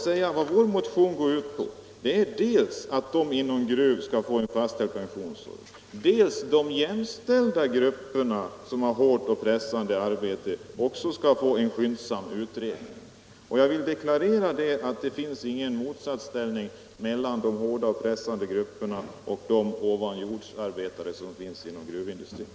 Men vad vår motion syftar till är dels att gruvarbetarna skall få en fastställd lägre pensionsålder, dels att förhållandena också för jämställda grupper med hårt och pressande arbete skall utredas skyndsamt. Jag vill deklarera att det inte finns någon motsatsställning mellan ovanjordsarbetarna inom gruvindustrin och övriga grupper som har hårt och pressande arbete.